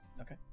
okay